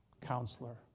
Counselor